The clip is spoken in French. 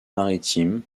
maritimes